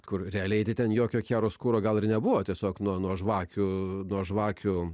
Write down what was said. kur realiai eiti ten jokio kero skuro gal ir nebuvo tiesiog nuo žvakių nuo žvakių